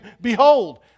Behold